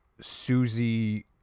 Susie